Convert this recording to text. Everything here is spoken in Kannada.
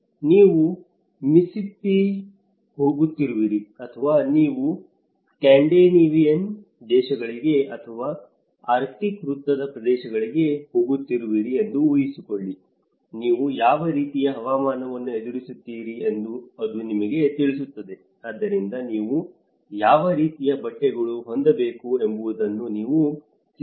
ನೀವು ಮಿಸ್ಸಿಸ್ಸಿಪ್ಪಿಗೆ ಹೋಗುತ್ತಿರುವಿರಿ ಅಥವಾ ನೀವು ಸ್ಕ್ಯಾಂಡಿನೇವಿಯನ್ ದೇಶಗಳಿಗೆ ಅಥವಾ ಆರ್ಕ್ಟಿಕ್ ವೃತ್ತದ ಪ್ರದೇಶಗಳಿಗೆ ಹೋಗುತ್ತಿರುವಿರಿ ಎಂದು ಊಹಿಸಿಕೊಳ್ಳಿ ನೀವು ಯಾವ ರೀತಿಯ ಹವಾಮಾನವನ್ನು ಎದುರಿಸುತ್ತೀರಿ ಎಂದು ಅದು ನಿಮಗೆ ತಿಳಿಸುತ್ತದೆ ಆದ್ದರಿಂದ ನೀವು ಯಾವ ರೀತಿಯ ಬಟ್ಟೆಗಳನ್ನು ಹೊಂದಬೇಕು ಎಂಬುದನ್ನು ನೀವು ಸಿದ್ಧಪಡಿಸಬೇಕಾಗಬಹುದು